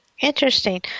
Interesting